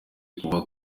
ukuvuga